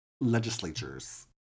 legislatures